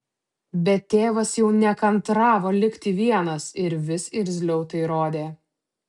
bet tėvas jau nekantravo likti vienas ir vis irzliau tai rodė